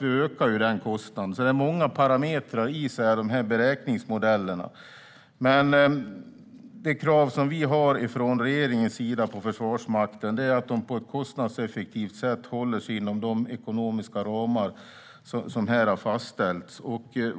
Vi ökar alltså den kostnaden. Det finns många parametrar i de här beräkningsmodellerna. Men det krav som vi har från regeringens sida på Försvarsmakten är att den på ett kostnadseffektivt sätt håller sig inom de ekonomiska ramar som här har fastställts.